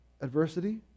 adversity